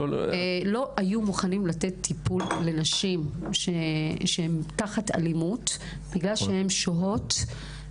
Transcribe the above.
לא היו מוכנים לתת טיפול לנשים שהן תחת אלימות בגלל שהן שוהות,